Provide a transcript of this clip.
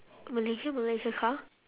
malaysia malaysia car